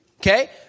Okay